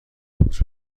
اتوبوس